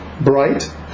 Bright